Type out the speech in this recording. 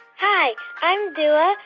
hi. i'm dua.